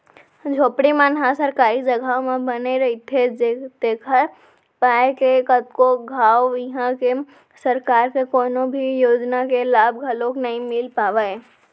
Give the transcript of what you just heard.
झोपड़ी मन ह सरकारी जघा म बने रहिथे तेखर पाय के कतको घांव इहां के सरकार के कोनो भी योजना के लाभ घलोक नइ मिल पावय